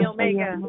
Omega